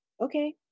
okay